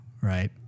right